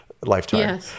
lifetime